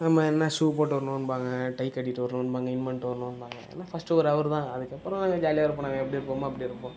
நம்ம என்ன ஷூ போட்டு வரணும்பாங்க டை கட்டிட்டு வரணும்பாங்க இன் பண்ணிட்டு வரணும்பாங்க எல்லாம் ஃபர்ஸ்ட்டு ஒரு ஹவர் தான் அதுக்கப்புறம் நாங்கள் ஜாலியாக இருப்போம் நாங்கள் எப்படி இருப்போமோ அப்படி இருப்போம்